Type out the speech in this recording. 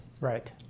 Right